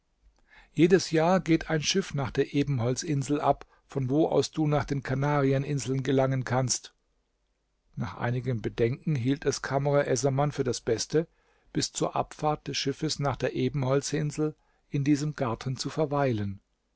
jedes jahr geht ein schiff nach der ebenholzinsel ab von wo aus du nach den kanarieninseln gelangen kannst nach einigem bedenken hielt es kamr essaman für das beste bis zur abfahrt des schiffes nach der ebenholzinsel in diesem garten zu verweilen